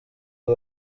ubu